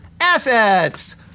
assets